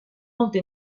molta